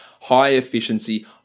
high-efficiency